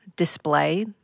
Display